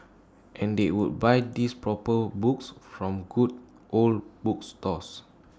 and they would buy these proper books from good old bookstores